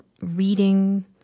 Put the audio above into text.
reading